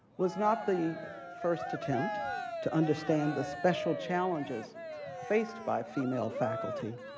was not the first attempt to understand the special challenges faced by female faculty,